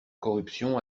corruption